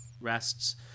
rests